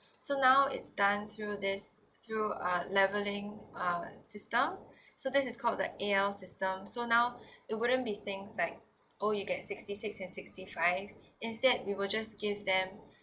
so now it's done through this through uh leveling system so this is called the A_L system so now it wouldn't be things like oh you get sixty six and sixty five instead we will just give them